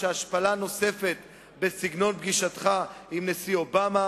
שהשפלה נוספת בסגנון פגישתך עם הנשיא אובמה